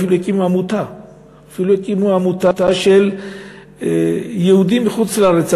אפילו הקימו עמותה של יהודים מחוץ-לארץ,